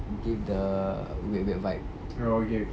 give the weird weird vibe